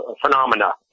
phenomena